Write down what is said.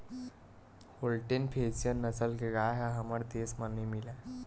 Holstein Friesian नसल के गाय ह हमर देस म नइ मिलय